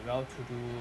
well to do